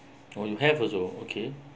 oh you have also okay